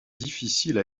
difficile